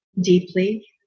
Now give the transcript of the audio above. deeply